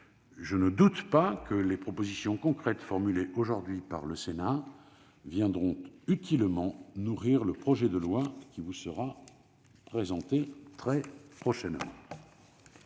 Je n'en doute pas, les propositions concrètes formulées aujourd'hui par le Sénat viendront utilement nourrir le projet de loi qui vous sera présenté prochainement.